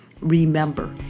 Remember